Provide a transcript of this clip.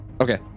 Okay